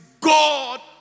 God